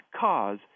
cause